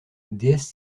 déesse